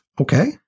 Okay